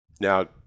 Now